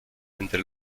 entre